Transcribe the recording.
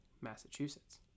Massachusetts